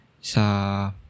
sa